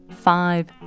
five